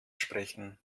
sprechen